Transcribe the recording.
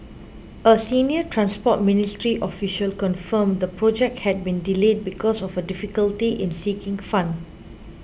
a senior Transport Ministry official confirmed the project had been delayed because of a difficulty in seeking fund